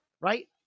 right